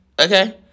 Okay